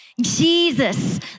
Jesus